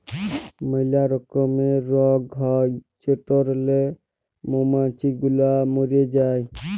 ম্যালা রকমের রগ হ্যয় যেটরলে মমাছি গুলা ম্যরে যায়